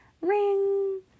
Ring